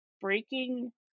breaking